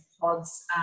pods